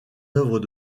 œuvres